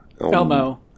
Elmo